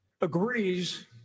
agrees